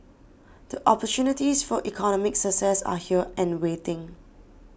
the opportunities for economic success are here and waiting